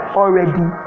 already